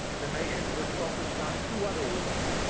the nation was focused on two other wars,